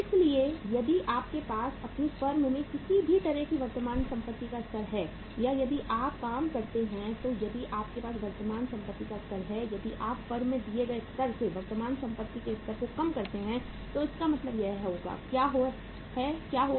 इसलिए यदि आपके पास अपनी फर्म में किसी भी तरह की वर्तमान संपत्ति का स्तर है या यदि आप काम करते हैं तो यदि आपके पास वर्तमान संपत्ति का स्तर है यदि आप फर्म में दिए गए स्तर से वर्तमान संपत्ति के स्तर को कम करते हैं तो इसका मतलब क्या है क्या होगा